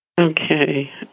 Okay